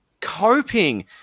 coping